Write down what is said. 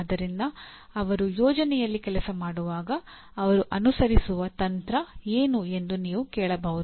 ಆದ್ದರಿಂದ ಅವರು ಯೋಜನೆಯಲ್ಲಿ ಕೆಲಸ ಮಾಡುವಾಗ ಅವರು ಅನುಸರಿಸಲಿರುವ ತಂತ್ರ ಏನು ಎಂದು ನೀವು ಕೇಳಬಹುದು